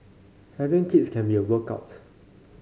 having kids can be a workout